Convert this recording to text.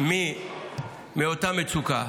נגזרת מאותה מצוקה.